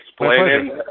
explaining